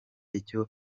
icyo